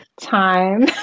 time